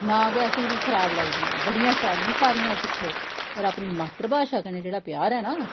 नां गै असें ई ओह् खराब लगदियां बड़िया शैल न सारियां सिक्खो पर अपनी मात्र भाशा कन्नै जेह्ड़ा प्यार ऐ ना